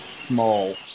small